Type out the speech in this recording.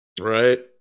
Right